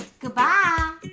Goodbye